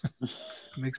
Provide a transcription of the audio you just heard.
Makes